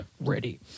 ready